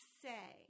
say